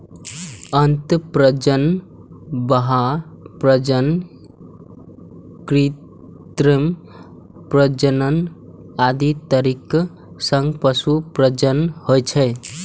अंतः प्रजनन, बाह्य प्रजनन, कृत्रिम प्रजनन आदि तरीका सं पशु प्रजनन होइ छै